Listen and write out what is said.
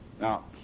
Now